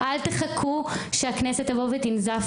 אל תחכו שהכנסת תבוא ותנזוף.